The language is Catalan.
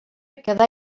quedà